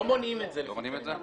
אנחנו לא מונעים את זה.